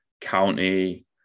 county